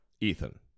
Ethan